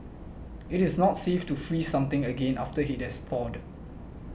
it is not safe to freeze something again after it has thawed